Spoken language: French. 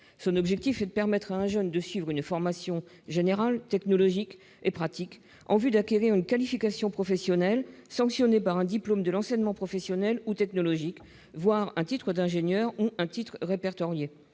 Son objectif est de permettre à un jeune de suivre une formation générale, technologique et pratique en vue d'acquérir une qualification professionnelle sanctionnée par un diplôme de l'enseignement professionnel ou technologique, voire un titre d'ingénieur ou un titre répertorié.